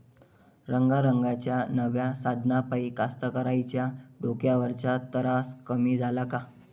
रंगारंगाच्या नव्या साधनाइपाई कास्तकाराइच्या डोक्यावरचा तरास कमी झाला का?